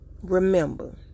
remember